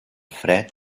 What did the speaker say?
fred